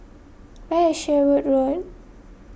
where is Sherwood Road